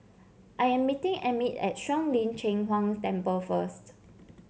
I am meeting Emit at Shuang Lin Cheng Huang Temple first